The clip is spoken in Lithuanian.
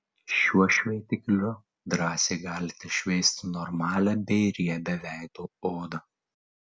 šiuo šveitikliu drąsiai galite šveisti normalią bei riebią veido odą